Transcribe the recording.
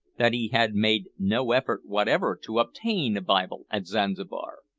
that he had made no effort whatever to obtain a bible at zanzibar.